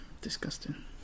Disgusting